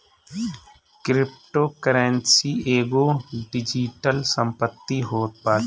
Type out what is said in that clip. cryptocurrency एगो digital संपत्ति होत बाटे